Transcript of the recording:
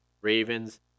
Ravens